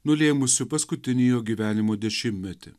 nulėmusių paskutinį jo gyvenimo dešimtmetį